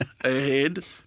ahead